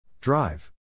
Drive